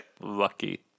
Lucky